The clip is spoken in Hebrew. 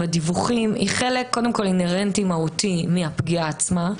בדיווחים היא חלק אינהרנטי מהותי מהפגיעה עצמה,